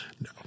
no